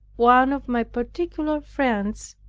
one of my particular friends,